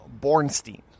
Bornstein